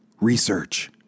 research